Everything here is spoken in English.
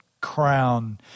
crown